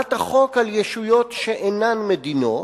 החלת החוק על ישויות שאינן מדינות,